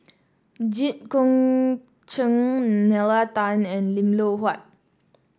Jit Koon Ch'ng Nalla Tan and Lim Loh Huat